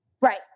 Right